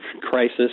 crisis